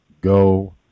Go